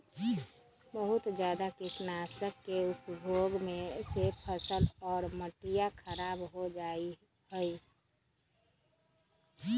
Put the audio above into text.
बहुत जादा कीटनाशक के उपयोग से फसल और मटिया खराब हो जाहई